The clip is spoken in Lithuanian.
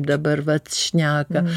dabar vat šneka